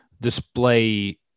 display